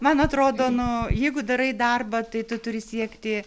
man atrodo nu jeigu darai darbą tai tu turi siekti